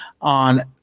on